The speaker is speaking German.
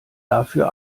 dafür